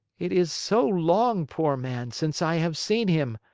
it is so long, poor man, since i have seen him,